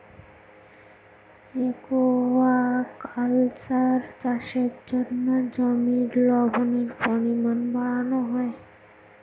aquaculture চাষের জন্য জমির লবণের পরিমান বাড়ানো হয়